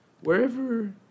Wherever